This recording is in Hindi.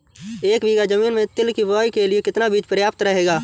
एक बीघा ज़मीन में तिल की बुआई के लिए कितना बीज प्रयाप्त रहेगा?